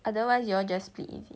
otherwise you all just split is it